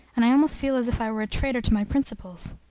and i almost feel as if i were a traitor to my principles.